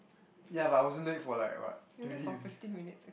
ya but I wasn't late for like what twenty minutes